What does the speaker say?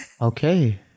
okay